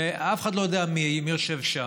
ואף אחד לא יודע מי יושב שם,